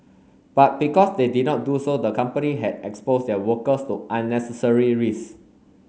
but because they did not do so the company had exposed their workers to unnecessary risks